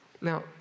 Now